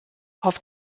auf